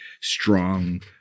strong